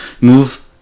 Move